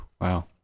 Wow